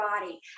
body